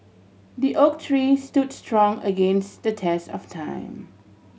the oak tree stood strong against the test of time